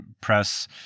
Press